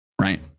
right